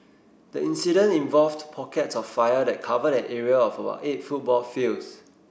the incident involved pockets of fire that covered an area of about eight football fields